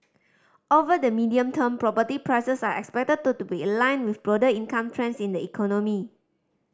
over the medium term property prices are expected to to be aligned with broader income trends in the economy